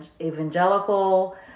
evangelical